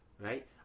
right